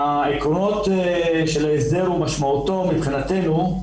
העקרונות של ההסדר ומשמעותו מבחינתנו.